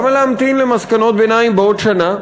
למה להמתין למסקנות ביניים בעוד שנה?